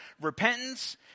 repentance